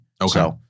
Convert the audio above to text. Okay